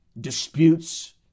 disputes